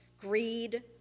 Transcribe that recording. Greed